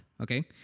Okay